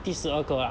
第十二个啦